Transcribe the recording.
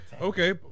Okay